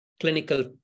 clinical